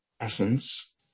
essence